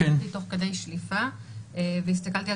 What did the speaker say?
לא אני הסברתי קודם אז, אמרתי את